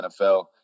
NFL